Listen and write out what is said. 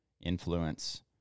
influence